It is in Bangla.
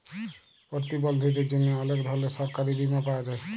পরতিবলধীদের জ্যনহে অলেক ধরলের সরকারি বীমা পাওয়া যায়